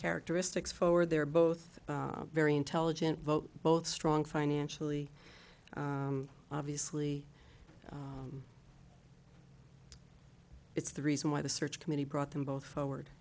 characteristics forward they're both very intelligent vote both strong financially obviously it's the reason why the search committee brought them both forward